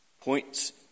points